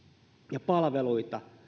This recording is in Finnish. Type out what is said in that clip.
ja palveluita